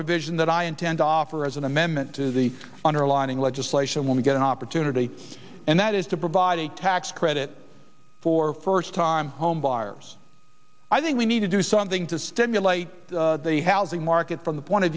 provision that i intend offer as an amendment to the underlining legislation when we get an opportunity and that is to provide a tax credit for first time homebuyers i think we need to do something to stimulate the housing market from the